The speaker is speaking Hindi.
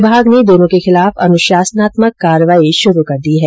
विभाग ने दोनों के खिलाफ अनुशासनात्मक कार्रवाई शुरु कर दी है